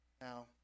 Now